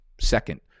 second